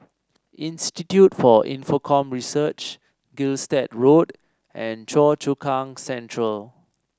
Institute for Infocomm Research Gilstead Road and Choa Chu Kang Central